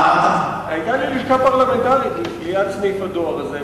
היתה לי לשכה פרלמנטרית ליד סניף הדואר הזה,